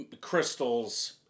Crystals